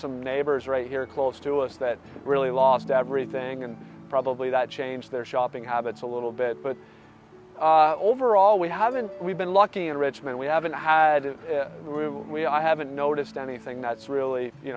some neighbors right here close to us that really lost everything and probably that changed their shopping habits a little bit but overall we haven't we've been lucky in richmond we haven't had a i haven't noticed anything that's really you